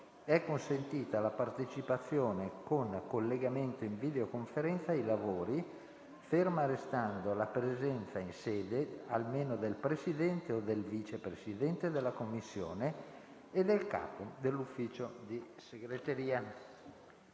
è consentita la partecipazione con collegamento in videoconferenza ai lavori, ferma restando la presenza in sede almeno del Presidente o del Vice Presidente della Commissione e del capo dell'Ufficio di segreteria».